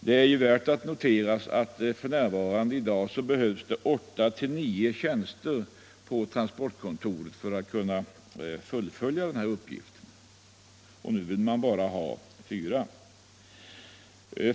Det är värt att notera att f. n. behövs åtta till nio tjänster på transportkontoret för att fullgöra den här uppgiften. Nu vill man som sagt bara ha fyra.